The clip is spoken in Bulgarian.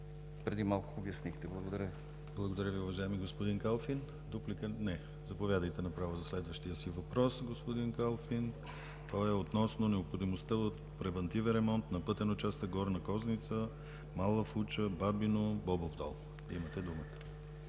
ПРЕДСЕДАТЕЛ ДИМИТЪР ГЛАВЧЕВ: Благодаря Ви, уважаеми господин Калфин. Дуплика? Не. Заповядайте направо за следващия си въпрос, господин Калфин. Той е относно необходимостта от превантивен ремонт на пътен участък Горна Козница – Мала Фуча – Бабино – Бобов дол. Имате думата.